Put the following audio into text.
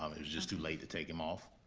um it was just too late to take him off.